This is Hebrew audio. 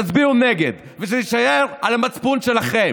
תצביעו נגד וזה יישאר על המצפון שלכם,